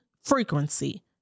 frequency